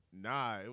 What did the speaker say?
Nah